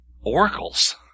Oracles